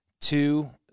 two